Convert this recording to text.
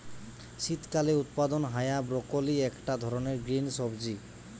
শীতকালে উৎপাদন হায়া ব্রকোলি একটা ধরণের গ্রিন সবজি